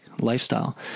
lifestyle